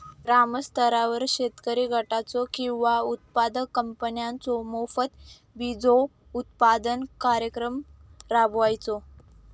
ग्रामस्तरावर शेतकरी गटाचो किंवा उत्पादक कंपन्याचो मार्फत बिजोत्पादन कार्यक्रम राबायचो?